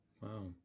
wow